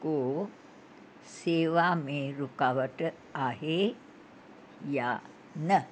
को शेवा में रुकावट आहे या न